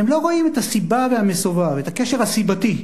הם לא רואים את הסיבה ואת המסובב, את הקשר הסיבתי,